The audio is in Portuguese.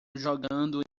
jogando